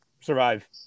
survive